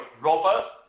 Robert